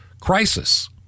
crisis